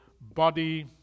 body